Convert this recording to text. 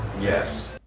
Yes